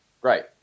great